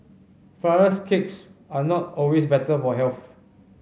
flours cakes are not always better for health